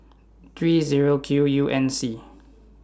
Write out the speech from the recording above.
three Zero Q U N C